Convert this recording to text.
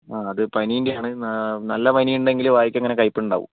ആഹ് അത് പനീൻ്റെ ആണ് എന്നാ നല്ല പനി ഉണ്ടെങ്കിൽ വായിക്ക് അങ്ങനെ കയ്പ്പുണ്ടാകും